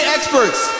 Experts